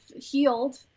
healed